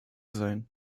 sein